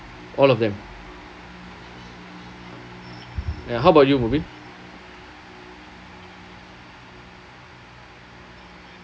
all of them ya how about you mubin